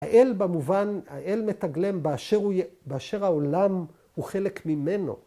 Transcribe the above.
‫האל במובן, האל מתגלם ‫באשר הוא... באשר העולם הוא חלק ממנו.